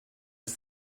was